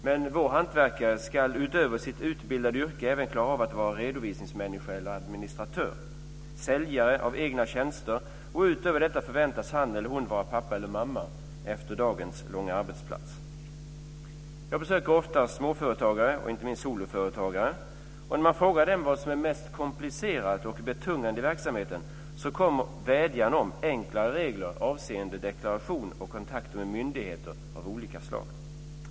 Men vår hantverkare ska utöver sitt utbildade yrke även klara av att vara redovisningsmänniska, administratör och säljare av egna tjänster. Utöver detta förväntas han eller hon vara pappa eller mamma efter dagens långa arbetspass. Jag besöker ofta småföretagare och inte minst soloföretagare. När man frågar dem vad som är mest komplicerat eller betungande i verksamheten kommer vädjan om enklare regler avseende deklaration och kontakter med myndigheter av olika slag.